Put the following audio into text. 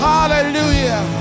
Hallelujah